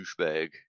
douchebag